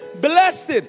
Blessed